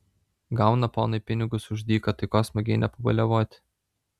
gauna ponai pinigus už dyką tai ko smagiai nepabaliavoti